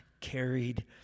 carried